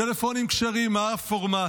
טלפונים כשרים, מה הפורמט?